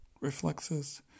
reflexes